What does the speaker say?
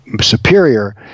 superior